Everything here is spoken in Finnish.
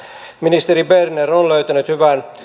ministeri berner on löytänyt hyvän